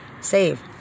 save